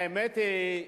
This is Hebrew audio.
האמת היא,